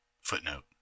Footnote